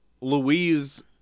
Louise